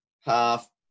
half